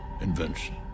invention